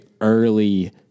early-